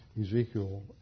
Ezekiel